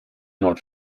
not